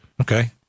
Okay